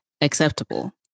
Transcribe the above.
acceptable